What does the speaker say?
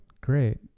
Great